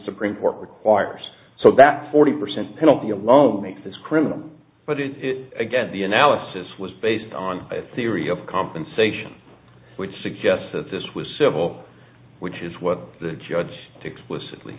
supreme court requires so that forty percent penalty alone makes this criminal but it again the analysis was based on a theory of compensation which suggests that this was civil which is what the judge to explicitly